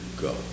go